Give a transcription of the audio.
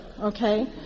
okay